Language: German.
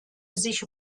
sich